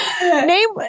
Name